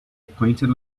acquainted